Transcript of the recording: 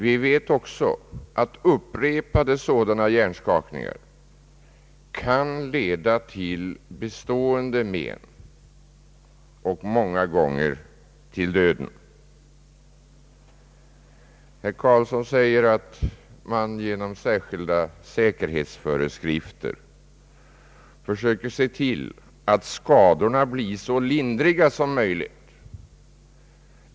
Vi vet också att upprepade sådana hjärnskakningar kan leda till bestående men och många gånger till döden. Herr Karlsson säger att man genom särskilda säkerhetsföreskrifter försöker se till att skadorna blir så lindriga som möjligt.